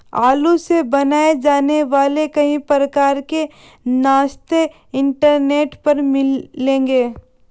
आलू से बनाए जाने वाले कई प्रकार के नाश्ते इंटरनेट पर मिलेंगे